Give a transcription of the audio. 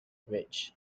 rich